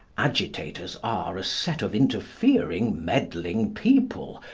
agitators are a set of interfering, meddling people,